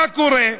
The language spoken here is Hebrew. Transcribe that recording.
מה קורה?